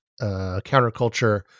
counterculture